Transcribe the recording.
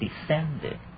Descended